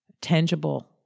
tangible